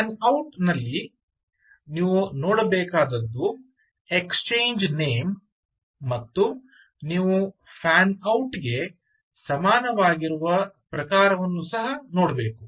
fan out ನಲ್ಲಿ ನೀವು ನೋಡಬೇಕಾದದ್ದು ಎಕ್ಸ್ಚೇಂಜ್ ನೇಮ್ ಮತ್ತು ನೀವು ಫ್ಯಾನ್ ಔಟ್ ಗೆ ಸಮನಾಗಿರುವ ಪ್ರಕಾರವನ್ನು ಸಹ ನೋಡಬೇಕು